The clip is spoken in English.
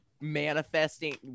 manifesting